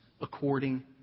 According